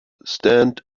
stand